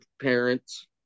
parents